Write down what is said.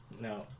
No